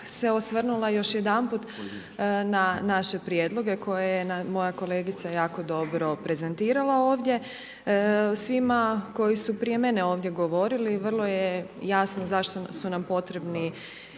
se osvrnula još jedanput na naše prijedloge koje je moja kolegica jako dobro prezentirala ovdje. Svima koji su prije mene ovdje govorili vrlo je jasno zašto su nam potrebne